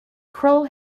kroll